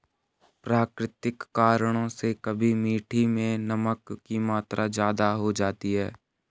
प्राकृतिक कारणों से कभी मिट्टी मैं नमक की मात्रा ज्यादा हो जाती है